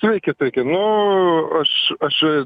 sveiki sveiki nu aš aš